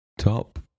Top